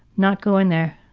not going there.